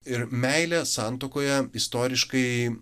ir meilė santuokoje istoriškai